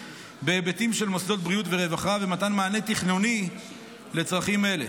בהיבטים של מוסדות בריאות ורווחה ומתן מענה תכנוני לצרכים אלה.